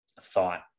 thought